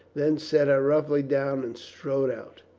then set her roughly down and strode out.